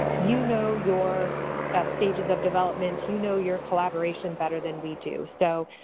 you know your stages of development, you know your collaboration better than we do. so,